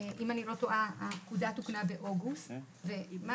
אם אני לא טועה הפקודה תוקנה באוגוסט והמודל